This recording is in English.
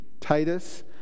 Titus